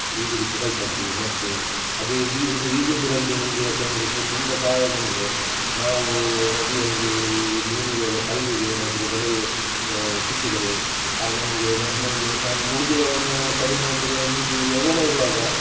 ಈಜಲಿಕ್ಕೆ ಕಲ್ತದ್ದು ಮತ್ತೆ ಅದೇ ಈಜೋದು ಈಜೋದರಲ್ಲಿಯೆ ನಮಗೆ ಯಾಕೆಂದರೆ ಸ ತುಂಬ ಸಹಾಯ ಅದು ಅಂದರೆ ನಾವು ನದಿಯಲ್ಲಿ ಈ ಮೀನು ಹಿಡ್ಯುವಾಗ ಕಲ್ಲಿಗೆ ಏನಾದರು ಬಲೆ ಸಿಕ್ಕಿದರೆ ಆಗ ನನಗೆ ನ ನಮಗೆ ನಾನು ಮುಳುಗಿದವನು ಕಡಿಮೆ ಅಂದ್ರೆ ಮುಂಚಿನ್ ಯೌವನ ಇರುವಾಗ